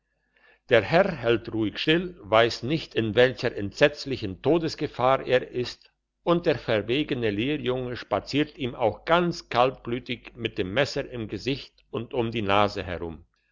der herr hält ruhig still weiss nicht in welcher entsetzlichen todesgefahr er ist und der verwegene lehrjunge spaziert ihm auch ganz kaltblütig mit dem messer im gesicht und um die nase herum